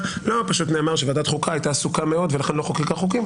פשוט נאמר שוועדת חוקה הייתה עסוקה מאוד ולכן לא חוקקה חוקים.